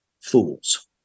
fools